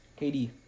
KD